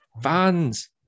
fans